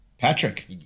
Patrick